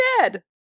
dead